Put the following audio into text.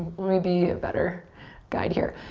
let me be a better guide here.